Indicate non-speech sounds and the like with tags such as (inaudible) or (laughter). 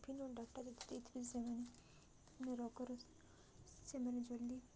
ବିଭିନ୍ନ ଡାଟା ଯଦି ଦେଇଥିବେ ସେମାନେ (unintelligible) ସେମାନେ ଜଲ୍ଦି